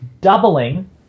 doubling